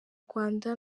rwanda